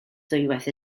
ddwywaith